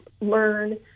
learn